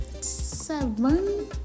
seven